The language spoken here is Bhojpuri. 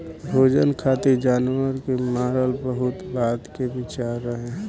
भोजन खातिर जानवर के मारल बहुत बाद के विचार रहे